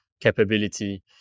capability